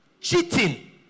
Cheating